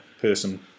person